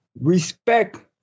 respect